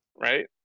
right